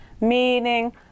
Meaning